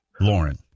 Lauren